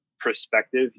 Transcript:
perspective